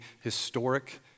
historic